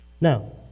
Now